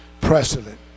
precedent